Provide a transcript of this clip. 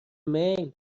میل